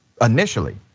initially